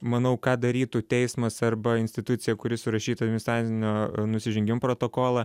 manau ką darytų teismas arba institucija kuri surašytų administracinio nusižengimo pr protokolą